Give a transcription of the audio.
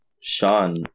Sean